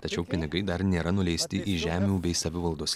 tačiau pinigai dar nėra nuleisti į žemių bei savivaldos